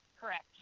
Correct